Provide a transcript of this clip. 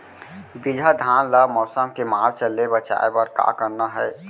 बिजहा धान ला मौसम के मार्च ले बचाए बर का करना है?